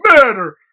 matter